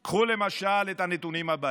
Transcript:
קחו למשל את הנתונים הבאים,